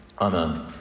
Amen